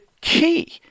key